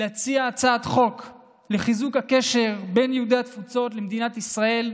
ולהציע הצעת חוק לחיזוק הקשר בין יהודי התפוצות למדינת ישראל,